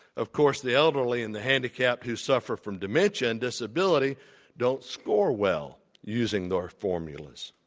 of course, the elderly and the handicapped who suffer from dementia and disability don't score well using those formulas.